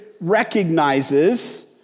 recognizes